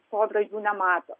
sodra jų nemato